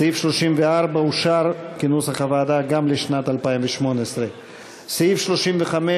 סעיף 34 אושר כנוסח הוועדה גם לשנת 2018. סעיף 35,